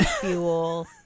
fuel